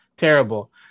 Terrible